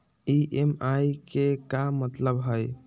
EMI के का मतलब हई?